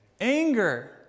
Anger